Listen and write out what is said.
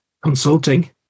consulting